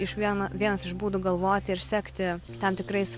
išvien vienas iš būdų galvoti ir sekti tam tikrais